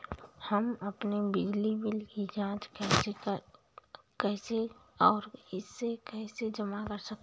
हम अपने बिजली बिल की जाँच कैसे और इसे कैसे जमा करें?